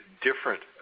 different